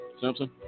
Simpson